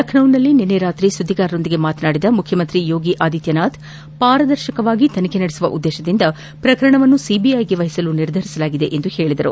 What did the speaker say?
ಲಖ್ನೋದಲ್ಲಿ ನಿನ್ನೆ ರಾತ್ರಿ ಸುದ್ದಿಗಾರರೊಂದಿಗೆ ಮಾತನಾಡಿದ ಮುಖ್ಯಮಂತ್ರಿ ಯೋಗಿ ಆದಿತ್ಲನಾಥ್ ಪಾರದರ್ಶಕವಾಗಿ ತನಿಖೆ ನಡೆಸುವ ಉದ್ದೇಶದಿಂದ ಪ್ರಕರಣವನ್ನು ಸಿಬಿಐಗೆ ವಹಿಸಲು ನಿರ್ಧರಿಸಲಾಗಿದೆ ಎಂದು ಹೇಳಿದರು